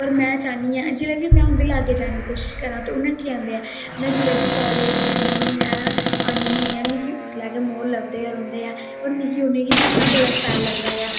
पर में चाहन्नीं हां में जिसलै बी उंदे लाग्गे जाने दी कोशिश करा तें ओह् नठी जंदे ऐ में जिसलै बी काॅलेज जन्नी होन्नी आं औन्नी होन्नी ऐ मिगी उसले गै मोर लभदे गै रौंहदे ऐ और मिगी उनेंगी दिक्खना बड़ा शैल लगदा ऐ